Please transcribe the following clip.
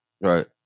Right